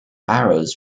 arrows